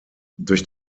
durch